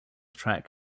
track